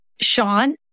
Sean